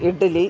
idli